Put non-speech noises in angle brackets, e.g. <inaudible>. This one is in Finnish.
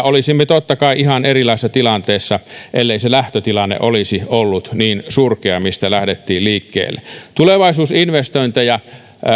<unintelligible> olisimme totta kai ihan erilaisessa tilanteessa ellei se lähtötilanne olisi ollut niin surkea mistä lähdettiin liikkeelle tulevaisuusinvestointeja